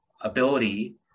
ability